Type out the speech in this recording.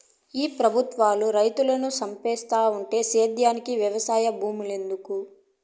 ఈ పెబుత్వాలు రైతులను సంపేత్తంటే సేద్యానికి వెవసాయ భూమేడుంటది